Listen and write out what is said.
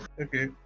Okay